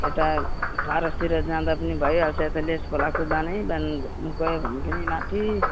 यता फारसतिर जाँदा पनि भइहाल्छ यता लेस खोलाको बाँधै बाँध घुम्नु गयो भने पनि माथि